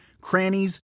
crannies